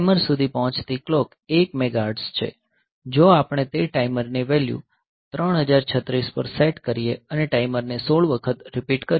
timer સુધી પહોંચતી clock 1 megahertz છે જો આપણે તે ટાઈમરની વેલ્યુ 3036 પર સેટ કરીએ અને ટાઈમરને 16 વખત રીપીટ કરીએ